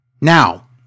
Now